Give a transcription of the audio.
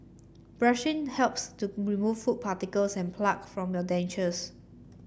brushing helps to remove food particles and plaque from your dentures